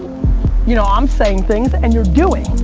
you know um saying things and you're doing.